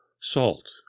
salt